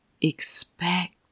expect